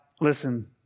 listen